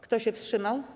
Kto się wstrzymał?